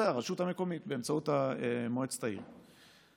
בסדר, הרשות המקומית באמצעות מועצת העיר.